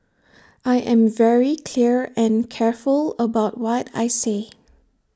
I am very clear and careful about what I say